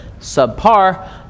subpar